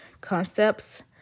concepts